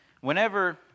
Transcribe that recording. Whenever